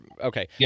okay